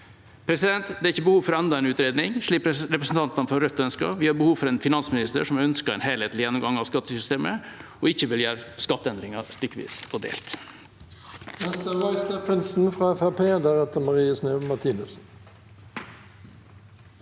næringsliv. Det er ikke behov for enda en utredning, slik representantene fra Rødt ønsker. Vi har behov for en finansminister som ønsker en helhetlig gjennomgang av skattesystemet, og som ikke vil gjøre skatteendringer stykkevis og delt.